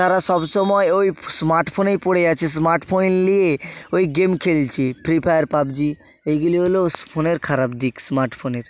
তারা সব সময় ওই স্মার্টফোনেই পড়ে আছে স্মাটফোন নিয়ে ওই গেম খেলছে ফ্রি ফায়ার পাবজি এইগুলি হল ফোনের খারাপ দিক স্মার্টফোনের